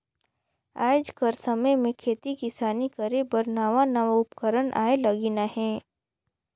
आएज कर समे में खेती किसानी करे बर नावा नावा उपकरन आए लगिन अहें